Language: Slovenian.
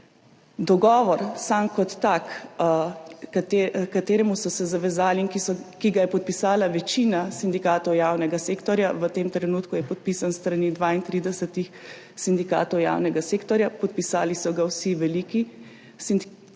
Dogovor sam kot tak, h kateremu so se zavezali in ki ga je podpisala večina sindikatov javnega sektorja – v tem trenutku je podpisan s strani 32 sindikatov javnega sektorja, podpisali so ga vsi veliki sindikati